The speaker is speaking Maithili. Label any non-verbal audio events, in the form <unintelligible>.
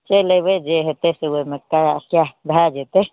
चलि अयबै जे हेतै से ओहिमे <unintelligible> भऽ जेतै